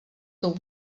tak